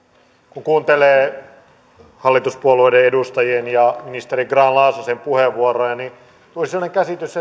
kun kuuntelee hallituspuolueiden edustajien ja ministeri grahn laasosen puheenvuoroja tulee sellainen käsitys